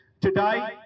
Today